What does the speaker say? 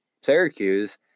Syracuse